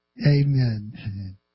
Amen